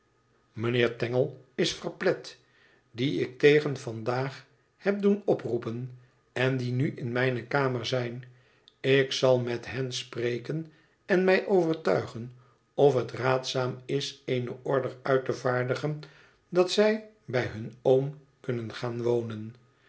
mijnheer tangle is verplet die ik tegen vandaag heb doen oproepen en die nu in mijne kamer zijn ik zal met hen spreken en mij overtuigen of het raadzaam is eene order uit te vaardigen dat zij bij hun oom kunnen gaan wonen